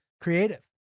creative